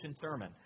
sermon